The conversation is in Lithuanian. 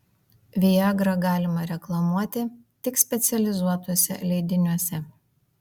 viagrą galima reklamuoti tik specializuotuose leidiniuose